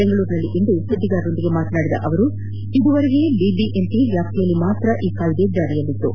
ಬೆಂಗಳೂರಿನಲ್ಲಿಂದು ಸುದ್ದಿಗಾರರೊಂದಿಗೆ ಮಾತನಾಡಿದ ಅವರು ಇದುವರೆಗೆ ಬಿಬಿಎಂಪಿ ವ್ಯಾಪ್ತಿಯಲ್ಲಿ ಮಾತ್ರ ಈ ಕಾಯ್ಸೆ ಜಾರಿಯಲ್ಲಿತು